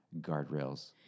guardrails